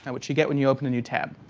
and which you get when you open a new tab.